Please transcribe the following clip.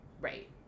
Right